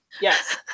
yes